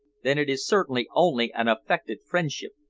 then it is certainly only an affected friendship,